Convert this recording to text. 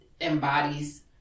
embodies